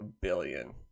billion